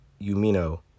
Yumino